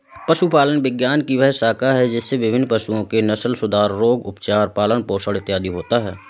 पशुपालन विज्ञान की वह शाखा है जिसमें विभिन्न पशुओं के नस्लसुधार, रोग, उपचार, पालन पोषण आदि होता है